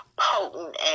potent